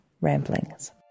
ramblings